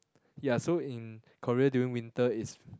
ya so in Korea during winter is